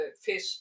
fish